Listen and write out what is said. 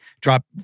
drop